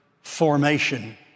formation